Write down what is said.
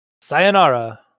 Sayonara